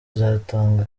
izatanga